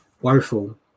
Woeful